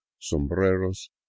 sombreros